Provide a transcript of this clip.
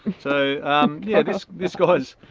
so yeah, this this guy's,